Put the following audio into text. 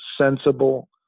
sensible